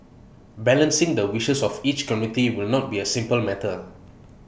balancing the wishes of each community will not be A simple matter